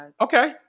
Okay